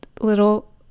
little